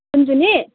कुञ्जनी